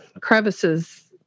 crevices